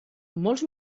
molts